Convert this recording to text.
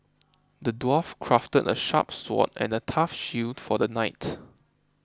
the dwarf crafted a sharp sword and a tough shield for the knight